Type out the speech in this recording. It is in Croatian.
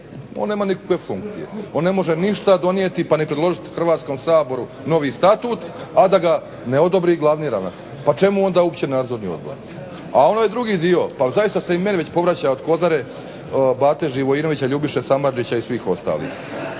On nema nikakve funkcije. On ne može ništa donijeti, pa ni predložiti Hrvatskom saboru novi Statut a da ga ne odobri glavni ravnatelj. Pa čemu onda uopće Nadzorni odbor? A onaj drugi dio, pa zaista se i meni već povraća od Kozare, Bate Živojinovića, Ljubiše Samardžića i svih ostalih.